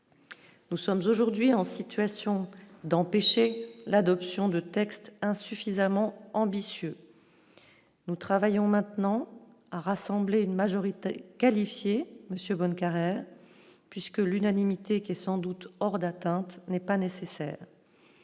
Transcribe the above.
nous sommes aujourd'hui en situation d'empêcher l'adoption de textes insuffisamment ambitieux, nous travaillons maintenant à rassembler une majorité qualifiée Monsieur puisque l'unanimité qui est sans doute hors d'atteinte, n'est pas nécessaire,